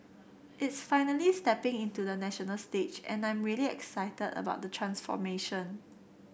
it's finally stepping into the national stage and I'm really excited about the transformation